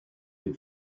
your